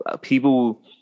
people